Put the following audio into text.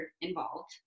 involved